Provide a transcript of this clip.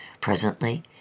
Presently